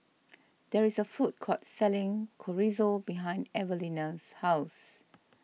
there is a food court selling Chorizo behind Evelina's house